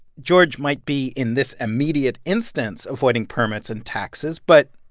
george might be, in this immediate instance, avoiding permits and taxes, but,